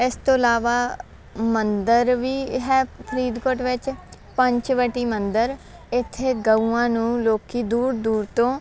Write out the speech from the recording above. ਇਸ ਤੋਂ ਇਲਾਵਾ ਮੰਦਰ ਵੀ ਹੈ ਫਰੀਦਕੋਟ ਵਿੱਚ ਪੰਚਵਟੀ ਮੰਦਰ ਇੱਥੇ ਗਊਆਂ ਨੂੰ ਲੋਕੀ ਦੂਰ ਦੂਰ ਤੋਂ